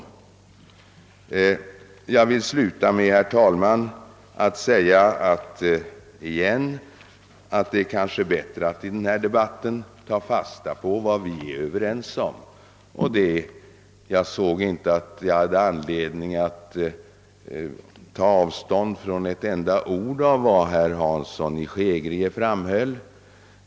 Jag vill, herr talman, avslutningsvis återigen framhålla, att det kanske är bättre att i denna debatt ta fasta på vad vi är överens om. Jag kan inte finna någon anledning att ta avstånd från ett enda ord i vad herr Hansson i Skegrie framhöll.